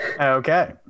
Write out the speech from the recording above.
Okay